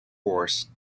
course